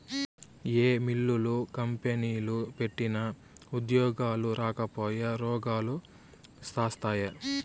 ఏ మిల్లులు, కంపెనీలు పెట్టినా ఉద్యోగాలు రాకపాయె, రోగాలు శాస్తాయే